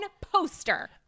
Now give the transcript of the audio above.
poster